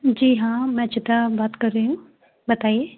जी हाँ मैं चित्रा बात कर रही हूँ बताइए